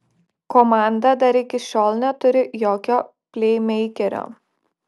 komanda dar iki šiol neturi jokio pleimeikerio